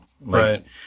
Right